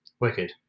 Wicked